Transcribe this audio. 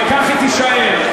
וכך היא תישאר,